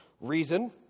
reason